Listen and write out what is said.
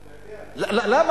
אתה יודע למה.